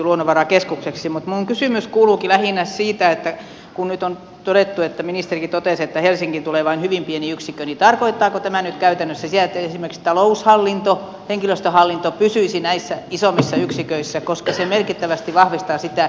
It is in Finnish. mutta minun kysymykseni kuuluukin lähinnä siitä kun nyt on todettu että ministerikin totesi että helsinkiin tulee vain hyvin pieni yksikkö tarkoittaako tämä nyt käytännössä sitä että esimerkiksi taloushallinto henkilöstöhallinto pysyisi näissä isommissa yksiköissä koska se merkittävästi vahvistaa sitä